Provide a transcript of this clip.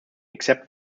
except